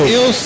eu